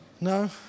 No